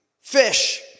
fish